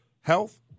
health